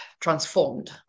transformed